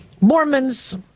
Mormons